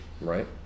Right